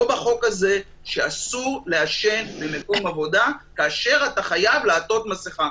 בחוק הזה שאסור לעשן במקום עבודה כאשר אתה חייב לעטות מסכה.